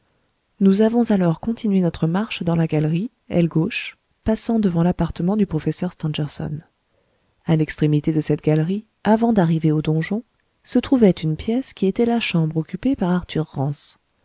nous avons alors continué notre marche dans la galerie aile gauche passant devant l'appartement du professeur stangerson à l'extrémité de cette galerie avant d'arriver au donjon se trouvait une pièce qui était la chambre occupée par arthur rance